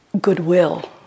goodwill